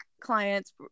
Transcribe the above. clients